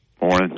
Morning